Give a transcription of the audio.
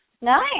Nice